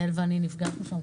יעל ואני נפגשנו שם.